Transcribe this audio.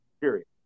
Period